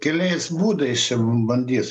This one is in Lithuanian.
keliais būdais čia bandys